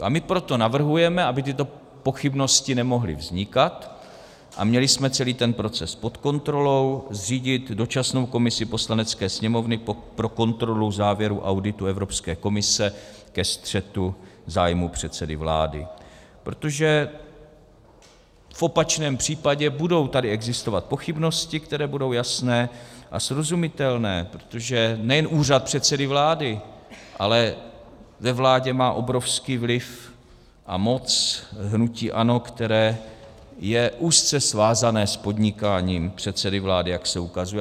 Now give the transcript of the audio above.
A my proto navrhujeme, aby tyto pochybnosti nemohly vznikat a měli jsme celý ten proces pod kontrolou, zřídit dočasnou komisi Poslanecké sněmovny pro kontrolu závěrů auditu Evropské komise ke střetu zájmů předsedy vlády, protože v opačném případě tady budou existovat pochybnosti, které budou jasné a srozumitelné, protože nejen Úřad předsedy vlády, ale ve vládě má obrovský vliv a moc hnutí ANO, které je úzce svázané s podnikáním předsedy vlády, jak se ukazuje.